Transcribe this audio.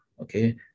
Okay